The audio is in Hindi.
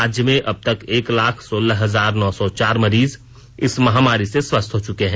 राज्य में अबतक एक लाख सोलह हजार नौ सौ चार मरीज इस महामारी से स्वस्थ हो चुके हैं